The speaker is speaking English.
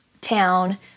town